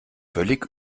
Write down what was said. völlig